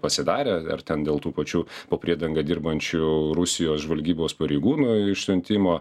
pasidarę ar dėl tų pačių po priedanga dirbančių rusijos žvalgybos pareigūnų išsiuntimo